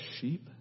sheep